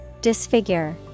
Disfigure